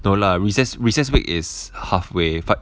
no lah recess recess week is halfway